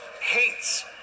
hates